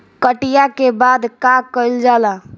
कटिया के बाद का कइल जाला?